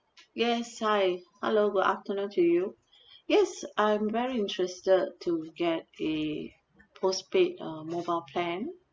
yes hi hello good afternoon to you yes I'm very interested to get the postpaid uh mobile plan